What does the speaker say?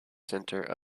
center